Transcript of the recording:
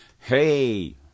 hey